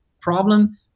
problem